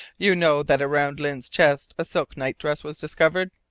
you know that around lyne's chest a silk night-dress was discovered?